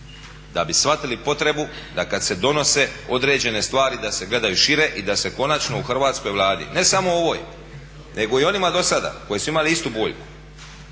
da bi shvatili potrebu da kad se donose određene stvari da se gledaju šire i da se konačno u Hrvatskoj vladi, ne samo ovoj, nego i onima dosada koje su imale istu boljku,